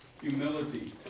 humility